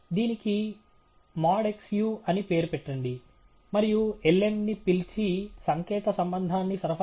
దీనికి modxu అని పేరు పెట్టండి మరియు lm ని పిలిచి సంకేత సంబంధాన్ని సరఫరా చేద్దాం